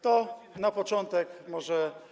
To na początek może.